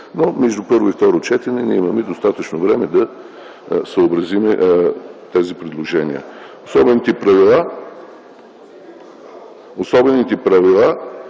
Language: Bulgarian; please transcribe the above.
но между първо и второ четене няма достатъчно време да съобразим тези предложения. Особените правила се изразяват